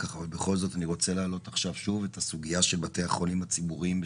אני רוצה להעלות שוב את הסוגיה של בתי החולים הציבוריים בשביתה.